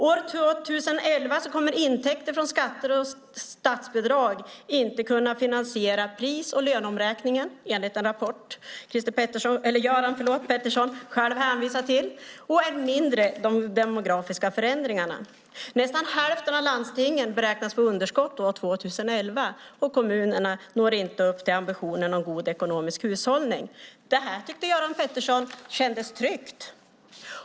År 2011 kommer intäkter från skatter och statsbidrag inte att kunna finansiera pris och löneomräkningen, enligt en rapport som Göran Pettersson själv hänvisar till, och än mindre de demografiska förändringarna. Nästan hälften av landstingen beräknas få underskott år 2011, och kommunerna når inte upp till ambitionen om god ekonomisk hushållning. Det här tycker Göran Pettersson känns tryggt.